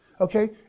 Okay